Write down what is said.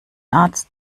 arzt